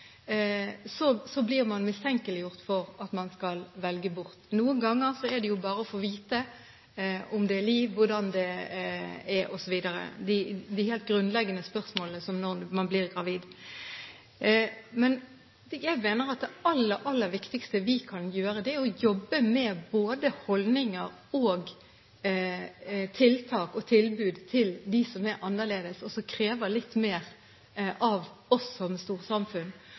blir man mistenkt for å ville velge bort. Noen ganger er det jo bare for å få vite om det er liv, hvordan det er, osv. – de helt grunnleggende spørsmålene som man har når man blir gravid. Men jeg mener at det aller, aller viktigste vi kan gjøre, er å jobbe med både holdninger, tiltak og tilbud til dem som er annerledes, og som krever litt mer av oss som